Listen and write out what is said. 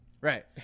Right